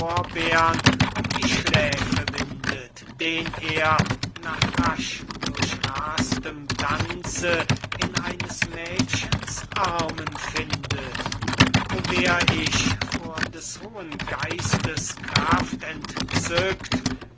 um die schläfe windet den er nach rasch durchras'tem tanze in eines mädchens armen findet o wär ich vor des hohen geistes kraft entzückt